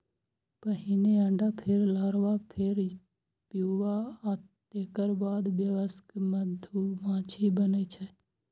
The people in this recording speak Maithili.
पहिने अंडा, फेर लार्वा, फेर प्यूपा आ तेकर बाद वयस्क मधुमाछी बनै छै